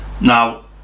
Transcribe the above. Now